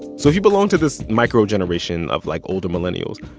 so if you belong to this microgeneration of, like, older millennials,